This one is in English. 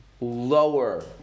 lower